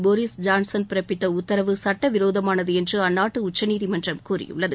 Boris Johnson பிறப்பித்த உத்தரவு சட்டவிரோதமானது என்று அந்நாட்டு உச்சநீதிமன்றம் கூறியுள்ளது